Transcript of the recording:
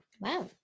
Wow